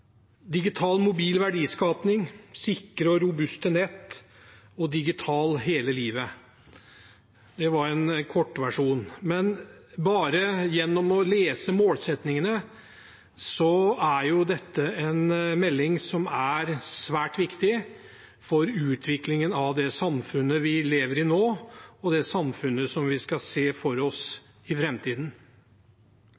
digital tilgang for alle, digital mobil verdiskaping, sikre og robuste nett og digital hele livet. Det var en kortversjon. Men bare ved målsettingene er dette en melding som er svært viktig for utviklingen av det samfunnet vi lever i nå, og det samfunnet vi skal se for oss